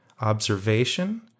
observation